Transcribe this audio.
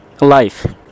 life